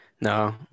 no